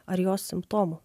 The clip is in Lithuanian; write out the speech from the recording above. ar jos simptomų